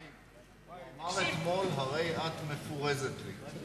חיים, הוא אמר אתמול: הרי את מפורזת לי.